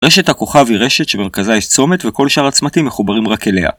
רשת הכוכב היא רשת שבמרכזה יש צומת וכל שאר הצמתים מחוברים רק אליה.